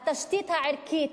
התשתית הערכית,